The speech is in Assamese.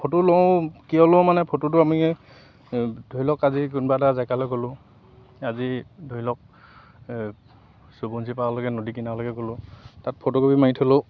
ফটো লওঁ কিয় লওঁ মানে ফটোটো আমি ধৰি লওক আজি কোনোবা এটা জেগালৈ গ'লোঁ আজি ধৰি লওক সোৱণশিৰি পাৰৰলৈকে নদী কিনাৰলৈকে গ'লোঁ তাত ফটোকপি মাৰি থলোঁ